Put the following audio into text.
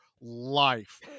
life